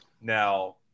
now